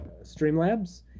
Streamlabs